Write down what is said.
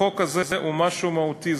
החוק הזה הוא משהו מהותי,